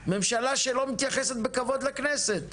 ממשלה שלא מתייחסת בכבוד לכנסת.